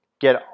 get